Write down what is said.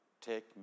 Take